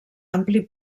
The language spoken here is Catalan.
ampli